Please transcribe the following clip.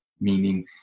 Meaning